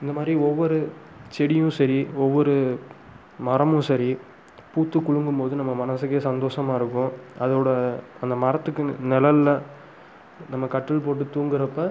இந்தமாதிரி ஒவ்வொரு செடியும் சரி ஒவ்வொரு மரமும் சரி பூத்து குலுங்கும் போது நம்ம மனசுக்கே சந்தோஷமாக இருக்கும் அதோடய அந்த மரத்துக்கு நிலல்ல நம்ம கட்டில் போட்டு தூங்கிறப்ப